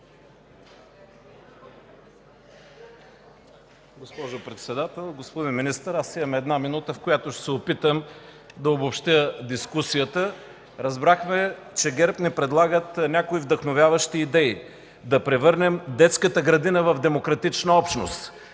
Госпожо Председател, господин Министър! Аз имам една минута, в която ще се опитам да обобщя дискусията. Разбрахме, че ГЕРБ ни предлагат някои вдъхновяващи идеи – да превърнем детската градина в демократична общност,